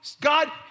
God